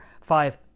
five